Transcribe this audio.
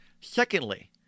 Secondly